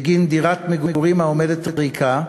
בגין דירת מגורים העומדת ריקה,